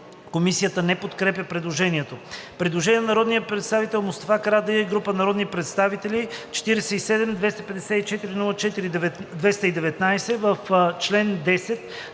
Комисията не подкрепя предложението. Предложение на народния представител Мустафа Карадайъ и група народни представители –№ 47-254-04-219: „1.